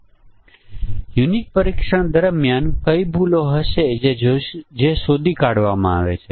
અહીં જુઓ જો ઇનપુટ્સની સંખ્યા 7 હોય અને દરેક 2 બુલિયન કિંમતો લે